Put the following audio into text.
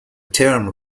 term